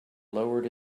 lowered